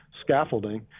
scaffolding